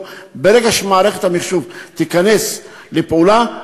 ברגע שמערכת המחשוב תיכנס לפעולה,